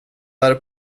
där